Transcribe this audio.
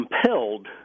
compelled